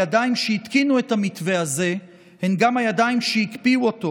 הידיים שהתקינו את המתווה הזה הן גם הידיים שהקפיאו אותו,